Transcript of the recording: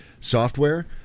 software